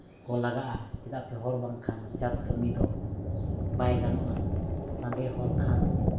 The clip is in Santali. ᱠᱚ ᱞᱟᱜᱟᱜᱼᱟ ᱪᱮᱫᱟᱜ ᱥᱮ ᱦᱚᱲ ᱵᱟᱝᱠᱷᱟᱱ ᱪᱟᱥ ᱠᱟᱹᱢᱤ ᱫᱚ ᱵᱟᱭ ᱜᱟᱱᱚᱜᱼᱟ ᱥᱟᱸᱜᱮ ᱦᱚᱲ ᱠᱷᱟᱱ